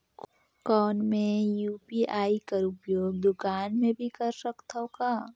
कौन मै यू.पी.आई कर उपयोग दुकान मे भी कर सकथव का?